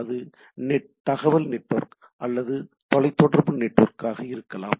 அது தகவல் நெட்வொர்க் அல்லது தொலைத் தொடர்பு நெட்வொர்க் ஆக இருக்கலாம்